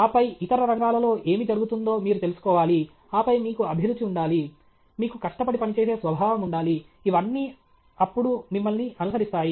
ఆపై ఇతర రంగాలలో ఏమి జరుగుతుందో మీరు తెలుసుకోవాలి ఆపై మీకు అభిరుచి ఉండాలి మీకు కష్టపడి పనిచేసే స్వభావం ఉండాలి ఇవన్నీ అప్పుడు మిమ్మల్ని అనుసరిస్తాయి